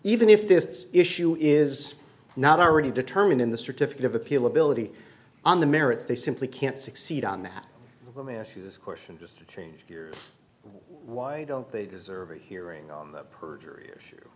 even if this issue is not already determined in the certificate of appeal ability on the merits they simply can't succeed on that let me ask you this question just change why don't they deserve a hearing perjury